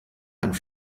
einen